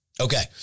Okay